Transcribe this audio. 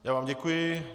Já vám děkuji.